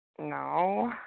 No